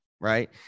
right